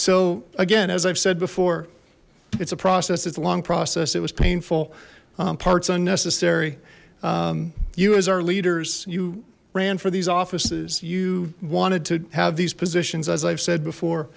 so again as i've said before it's a process it's a long process it was painful parts unnecessary you as our leaders you ran for these offices you wanted to have these positions as i've said before